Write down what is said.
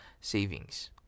savings